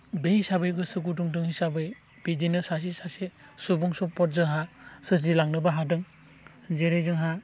बै हिसाबै गोसो गुदुं दं हिसाबै बिदिनो सासे सासे सुबुं सम्पद जोंहा सोरजिलांनोबो हादों जेरै जोंहा